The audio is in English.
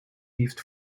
gift